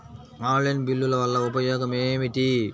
Online బిల్లుల వల్ల ఉపయోగమేమిటీ?